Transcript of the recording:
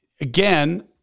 again